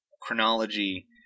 chronology